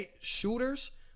Shooters